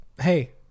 hey